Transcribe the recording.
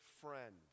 friend